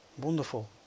Wonderful